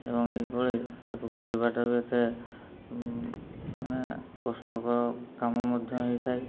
ଏବଂ ଏହିଭଳି ତା'କୁ କରିବାଟା ବି ଏତେ ମାନେ କଷ୍ଟକର କାମ ମଧ୍ୟ ହୋଇଥାଏ